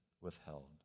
withheld